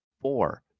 four